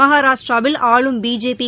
மகராஷ்டிராவில் ஆளும் பிஜேபி